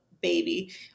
baby